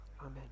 Amen